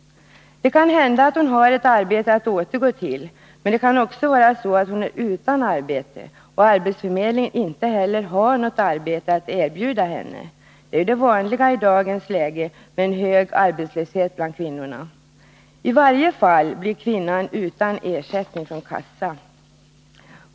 Det kan hända att hon har ett arbete att återgå till, men det kan också vara så att hon är utan arbete och att arbetsförmedlingen inte heller har något arbete att erbjuda henne. Det är ju det vanliga i dagens läge med en hög arbetslöshet bland kvinnorna. I varje fall blir kvinnan utan ersättning från kassan.